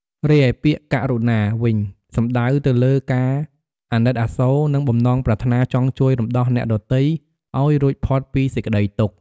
រីឯពាក្យ "ករុណា" វិញ សំដៅទៅលើការអាណិតអាសូរ និងបំណងប្រាថ្នាចង់ជួយរំដោះអ្នកដទៃឱ្យរួចផុតពីសេចក្តីទុក្ខ។